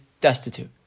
destitute